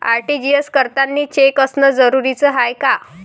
RTGS करतांनी cheque असनं जरुरीच हाय का?